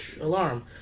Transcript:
Alarm